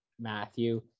Matthew